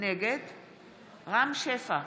נגד רם שפע,